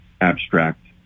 abstract